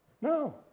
No